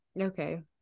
Okay